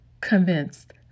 convinced